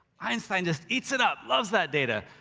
einstein just eats it up, loves that data,